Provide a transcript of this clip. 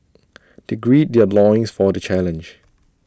they gird their loins for the challenge